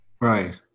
Right